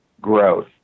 growth